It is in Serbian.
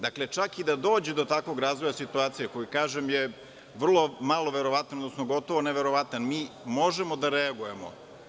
Dakle, čak i da dođe do takvog razvoja situacije koji je, kažem, vrlo malo verovatan, odnosno gotovo neverovatan, mi možemo da reagujemo.